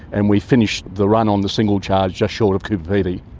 and we finished the run on the single charge just short of coober pedy.